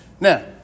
Now